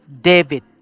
David